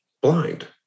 blind